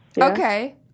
Okay